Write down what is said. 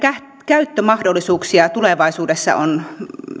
käyttömahdollisuuksia tulevaisuudessa on